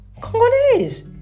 congolese